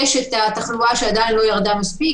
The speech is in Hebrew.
יש התחלואה שעדיין לא ירדה מספיק.